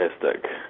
fantastic